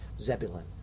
Zebulun